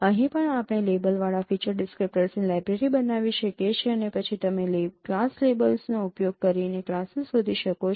અહીં પણ આપણે લેબલવાળા ફીચર ડિસ્ક્રીપ્ટર્સની લાઇબ્રેરી બનાવી શકીએ છીએ અને પછી તમે ક્લાસ લેબલ્સનો ઉપયોગ કરીને ક્લાસીસ શોધી શકો છો